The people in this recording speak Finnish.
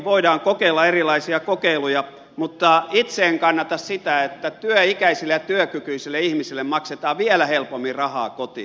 voidaan kokeilla erilaisia kokeiluja mutta itse en kannata sitä että työikäisille ja työkykyisille ihmisille maksetaan vielä helpommin rahaa kotiin